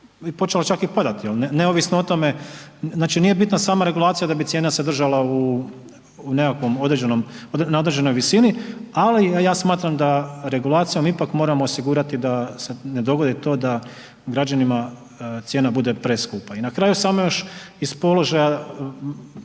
počela i padati. Znači nije bitna sama regulacija da bi cijena se držala u nekakvoj određenoj visini, ali ja smatram da regulacijom ipak moramo osigurati da se ne dogodi to da građanima cijena bude preskupa. I na kraju samo još iz položaj,